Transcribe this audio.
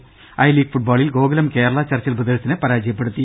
ത I league ഫുട്ബോളിൽ Gokulam Kerala Churchill ബ്രദേഴ്സിനെ പരാജയപ്പെടുത്തി